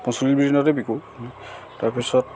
পঁঞ্চল্লিছ দিনতে বিকোঁ তাৰপিছত